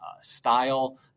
style